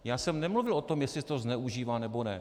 Já jsem nemluvil o tom, jestli se to zneužívá, nebo ne.